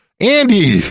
Andy